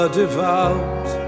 devout